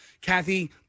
Kathy